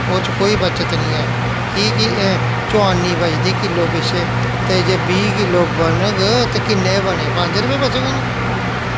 ओह्दे च कोई बच्चत निं ऐ कि के चोआनी बचदी किल्लो पिच्छें ते जे बीह् किल्लो बनग ते किन्ने गै बने पंज रपेऽ बचङन